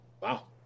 Wow